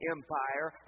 Empire